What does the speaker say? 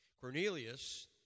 Cornelius